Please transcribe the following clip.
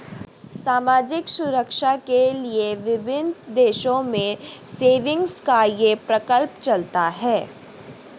सामाजिक सुरक्षा के लिए विभिन्न देशों में सेविंग्स का यह प्रकल्प चलता है